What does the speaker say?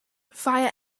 fire